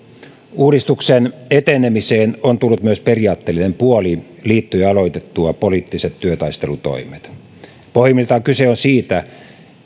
uudistuksen etenemiseen on tullut myös periaatteellinen puoli liittojen aloitettua poliittiset työtaistelutoimet pohjimmiltaan kyse on siitä